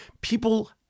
people